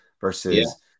versus